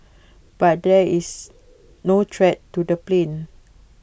but there is no threat to the plane